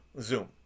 zoom